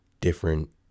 different